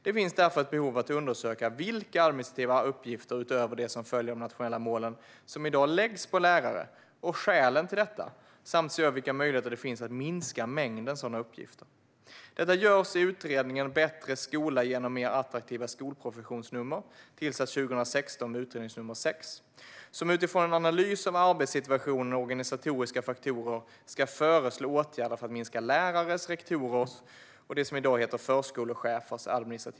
Det finns därför ett behov av att undersöka vilka administrativa uppgifter utöver dem som följer av de nationella målen som i dag läggs på lärare och skälen till detta samt att se över vilka möjligheter som finns att minska mängden sådana uppgifter. Detta görs i utredningen Bättre skola genom mer attraktiva skolprofessioner , som utifrån en analys av arbetssituationen och organisatoriska faktorer ska föreslå åtgärder för att minska det administrativa arbetet för lärare, rektorer och dem som i dag heter förskolechefer.